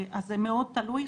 זה מאוד תלוי.